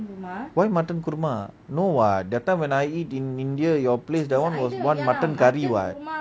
why mutton kurma no [what] that time when I eat in india your place that [one] was one mutton curry [what] curry